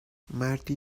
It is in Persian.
مردی